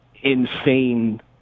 insane